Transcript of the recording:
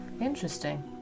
interesting